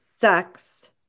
sex